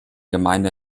gemeinde